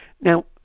Now